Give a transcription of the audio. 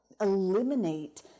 eliminate